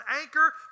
anchor